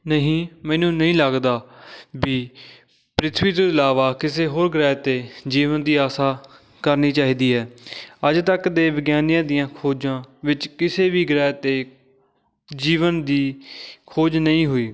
ਨਹੀਂ ਮੈਨੂੰ ਨਈ ਲੱਗਦਾ ਵੀ ਪ੍ਰਿਥਵੀ ਤੋਂ ਇਲਾਵਾ ਕਿਸੇ ਹੋਰ ਗ੍ਰਹਿ 'ਤੇ ਜੀਵਨ ਦੀ ਆਸ ਕਰਨੀ ਚਾਹੀਦੀ ਹੈ ਅੱਜ ਤੱਕ ਦੇ ਵਿਗਿਆਨੀਆਂ ਦੀਆਂ ਖੋਜਾਂ ਵਿੱਚ ਕਿਸੇ ਵੀ ਗ੍ਰਹਿ 'ਤੇ ਜੀਵਨ ਦੀ ਖੋਜ ਨਹੀਂ ਹੋਈ